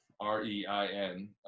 r-e-i-n